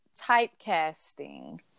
typecasting